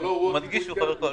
מדגיש שהוא חבר קואליציה.